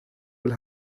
will